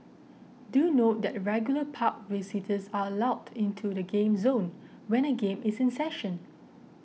do note that regular park visitors are allowed into the game zone when a game is in session